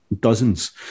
dozens